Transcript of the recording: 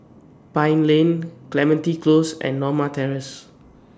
Pine Lane Clementi Close and Norma Terrace